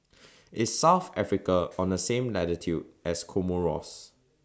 IS South Africa on The same latitude as Comoros